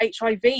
HIV